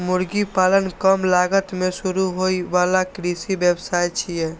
मुर्गी पालन कम लागत मे शुरू होइ बला कृषि व्यवसाय छियै